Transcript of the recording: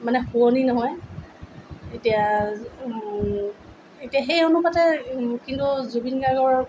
মানে শুৱনি নহয় এতিয়া এতিয়া সেই অনুপাতে কিন্তু জুবিন গাৰ্গৰ